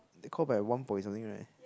they count by one point something right